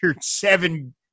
seven